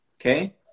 okay